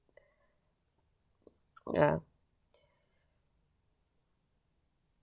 ya